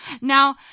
Now